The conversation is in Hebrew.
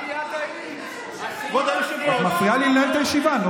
את מפריעה לי לנהל את הישיבה.